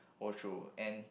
go through and